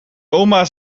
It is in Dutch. oma